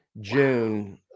June